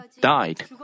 died